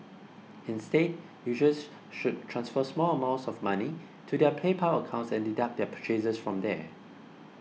instead users should transfer small amounts of money to their PayPal accounts and deduct their purchases from there